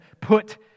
put